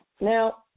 Now